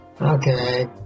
Okay